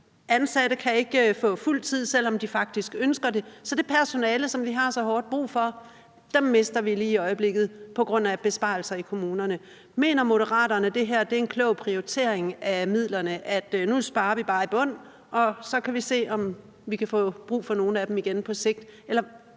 Ansatte kan ikke få fuld tid, selv om de faktisk ønsker det, så det personale, som vi har så hårdt brug for, mister vi lige i øjeblikket på grund af besparelser i kommunerne. Mener Moderaterne, at det er en klog prioritering af midlerne, at nu sparer vi bare i bund, og så kan vi se, om vi kan få brug for nogle af dem igen på sigt?